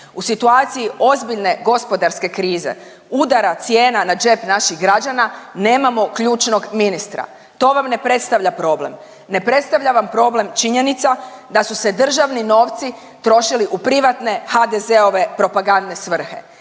u situaciji ozbiljne gospodarske krize, udara cijena na džep naših građana nemamo ključnog ministra. To vam ne predstavlja problem, ne predstavlja vam problem činjenica da su se državni novci trošili u privatne HDZ-ove propagandne svrhe.